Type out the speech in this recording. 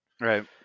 Right